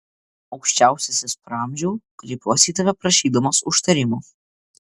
aukščiausiasis praamžiau kreipiuosi į tave prašydamas užtarimo